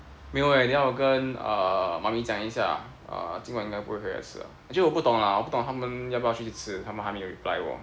没有哦等下我跟 uh mummy 讲一下 uh 今晚应该不会回来吃了 actually 我不懂啦我不懂他们要不要去吃他们还没有 reply 我